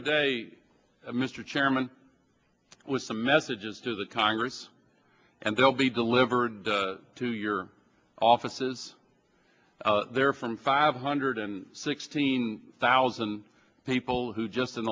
today mr chairman with some messages to the congress and they'll be delivered to your offices there from five hundred and sixteen thousand people who just in